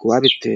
kubabifite.